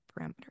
parameter